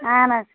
اَہَن حظ